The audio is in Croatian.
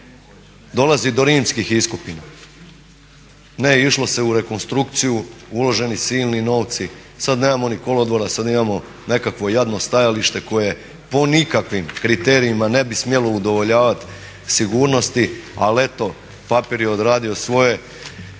dolazi do rimskih iskopina. Ne, išlo se u rekonstrukciju, uloženi su silni novci a sad nemamo ni kolodvora, sad imamo nekakvo jadno stajalište koje po nikakvim kriterijima ne bi smjelo udovoljavati sigurnosti. Ali eto, papir je odradio svoje.